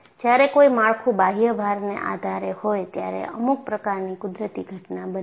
જ્યારે કોઈ માળખું બાહ્ય ભારને આધારે હોય ત્યારે અમુક પ્રકારની કુદરતી ઘટના બને છે